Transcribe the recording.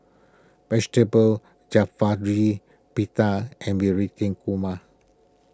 Vegetable Pita and Korma